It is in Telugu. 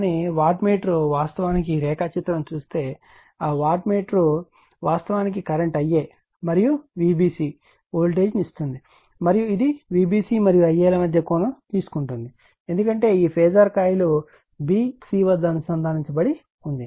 కానీ వాట్ మీటర్ వాస్తవానికి ఈ రేఖాచిత్రం చూస్తే ఆ వాట్ మీటర్ వాస్తవానికి కరెంట్ Ia మరియు Vbc వోల్టేజ్ను ఇస్తుంది మరియు ఇది Vbc మరియు Ia ల మధ్య కోణం తీసుకుంటుంది ఎందుకంటే ఈ ఫేజార్ కాయిల్ b c వద్ద అనుసంధానించబడి ఉంది